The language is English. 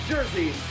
Jersey